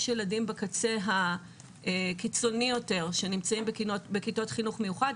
יש ילדים בקצה הקיצוני יותר שנמצאים בכיתות חינוך מיוחד,